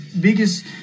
biggest